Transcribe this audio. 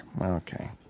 Okay